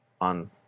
on